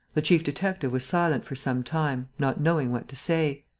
the chief-detective was silent for some time, not knowing what to say.